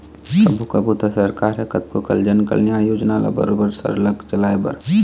कभू कभू तो सरकार ह कतको जनकल्यानकारी योजना ल बरोबर सरलग चलाए बर